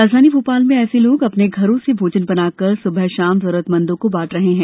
राजधानी भोपाल में ऐसे लोग अपने घरों से भोजन बनाकर सुबह शाम जरूरतमंदों को बांट रहे हैं